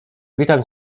witam